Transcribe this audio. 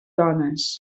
dones